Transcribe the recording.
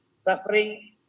suffering